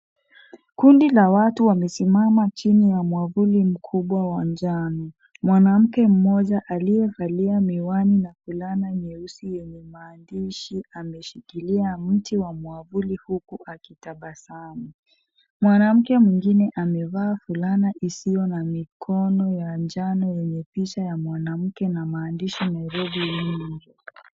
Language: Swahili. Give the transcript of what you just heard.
Kundi la watu wamesimama chini ya mwavuli mkubwa wa njano, mwanamke mmoja aliyevalia miwani na fulana nyeusi yenye maandishi ameshikilia mti wa mwavulli huku akitabasamu, mwanamke mwignine amevaa fulana isiyo na mikono ya njano yenye picha ya mwanamke na maandishi (cs) Nairobi Women Rep (cs).